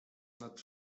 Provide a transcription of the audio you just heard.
nad